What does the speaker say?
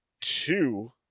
Two